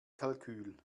kalkül